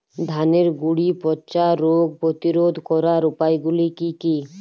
ধানের গুড়ি পচা রোগ প্রতিরোধ করার উপায়গুলি কি কি?